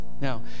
Now